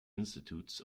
institutes